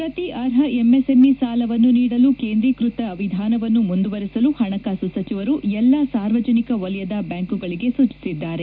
ಪ್ರತಿ ಅರ್ಹ ಎಂಎಸ್ಎಂಇಗೆ ಸಾಲವನ್ನು ನೀಡಲು ಕೇಂದ್ರೀಕೃತ ವಿಧಾನವನ್ನು ಮುಂದುವರಿಸಲು ಹಣಕಾಸು ಸಚಿವರು ಎಲ್ಲ ಸಾರ್ವಜನಿಕ ವಲಯದ ಬ್ಯಾಂಕುಗಳಿಗೆ ಸೂಚಿಸಿದ್ದಾರೆ